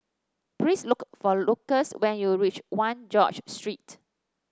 please look for Lucius when you reach One George Street